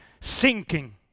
sinking